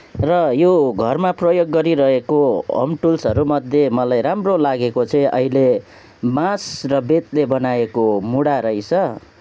र यो घरमा प्रयोग गरिरहेको होम टुल्सहरूमध्ये मलाई राम्रो लागेको चाहिँ अहिले बाँस र बेतले बनाएको मुढा रैछ